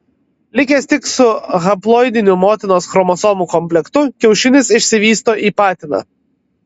likęs tik su haploidiniu motinos chromosomų komplektu kiaušinis išsivysto į patiną